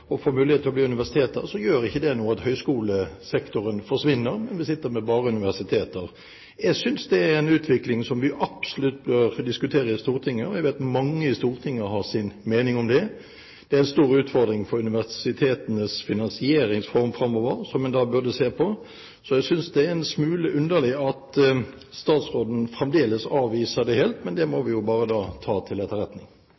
vi sitter med bare universiteter. Jeg synes det er en utvikling som vi absolutt bør diskutere i Stortinget. Jeg vet at mange i Stortinget har sin mening om det. Det er en stor utfordring for universitetenes finansieringsform framover, som en da burde se på. Jeg synes derfor det er en smule underlig at statsråden fremdeles avviser det helt, men det må